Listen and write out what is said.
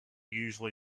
usually